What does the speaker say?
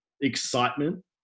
excitement